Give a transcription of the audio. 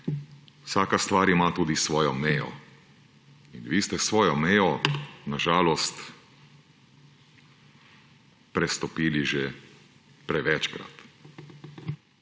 vsaka stvar ima tudi svojo mejo. In vi ste svojo mejo, na žalost, prestopili že prevečkrat.